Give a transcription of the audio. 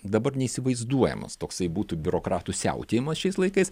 dabar neįsivaizduojamas toksai būtų biurokratų siautėjimas šiais laikais